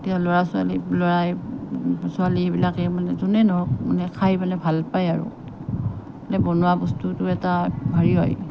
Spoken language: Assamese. এতিয়া ল'ৰা ছোৱালী ল'ৰাই ছোৱালীয়ে এইবিলাকে মানে যোনেই নহওক মানে খাই পেলাই ভাল পায় আৰু এনে বনোৱা বস্তুটোৱে এটা হেৰি হয়